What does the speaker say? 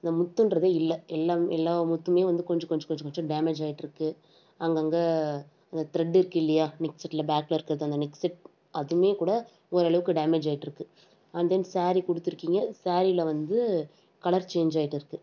இந்த முத்துன்றது இல்லை எல்லா எல்லா முத்தும் வந்து கொஞ்சம் கொஞ்சம் கொஞ்சம் டேமேஜ் ஆகிட்டு இருக்குது அங்கங்கே அந்த த்ரெட் இருக்குது இல்லையா நெக் செட்டில் பேக்கில் இருக்கிறது அந்த நெக் செட் அதுவுமே கூட ஓரளவுக்கு டேமேஜ் ஆகிட்டு இருக்குது அண்ட் தென் சேரீ கொடுத்து இருக்கீங்க சேரீயில் வந்து கலர் சேன்ஞ் ஆகிட்டு இருக்குது